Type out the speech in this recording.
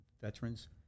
veterans